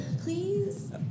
Please